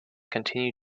continue